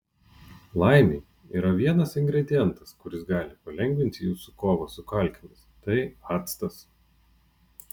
laimei yra vienas ingredientas kuris gali palengvinti jūsų kovą su kalkėmis tai actas